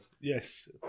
Yes